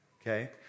okay